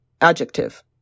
Adjective